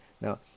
Now